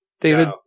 David